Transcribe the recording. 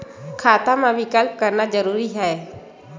खाता मा विकल्प करना जरूरी है?